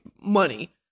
money